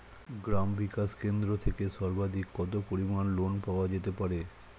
গ্রাম বিকাশ কেন্দ্র থেকে সর্বাধিক কত পরিমান লোন পাওয়া যেতে পারে?